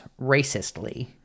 racistly